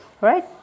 right